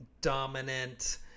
dominant